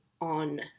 on